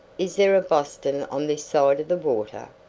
is there a boston on this side of the water?